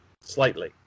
slightly